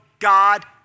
God